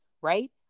right